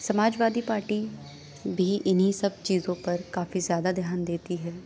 سماج وادی پارٹی بھی انہی سب چیزوں پر کافی زیادہ دھیان دیتی ہے